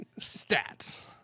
stats